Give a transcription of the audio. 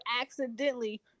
accidentally